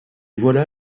voilà